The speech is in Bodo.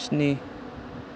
स्नि